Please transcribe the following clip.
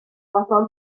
fodlon